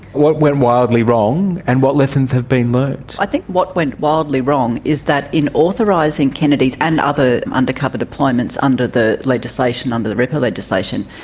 what went wildly wrong and what lessons have been learnt? i think what went wildly wrong is that in authorising kennedy's and other undercover deployments under the legislation, under the ripa legislation,